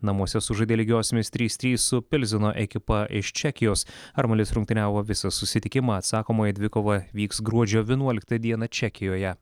namuose sužaidė lygiosiomis trys trys su pilzeno ekipa iš čekijos armalis rungtyniavo visą susitikimą atsakomoji dvikova vyks gruodžio vienuoliktą dieną čekijoje